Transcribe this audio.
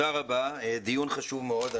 דיון חשוב מאוד.